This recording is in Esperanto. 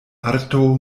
arto